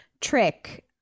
trick